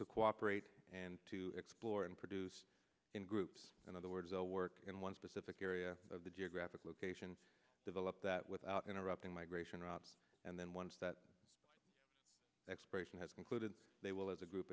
to cooperate and to explore and produce in groups and other words all work in one specific area of the geographic location develop that without interrupting migration routes and then once that exploration has concluded they will as a group